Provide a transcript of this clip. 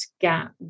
gap